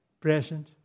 present